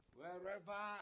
wherever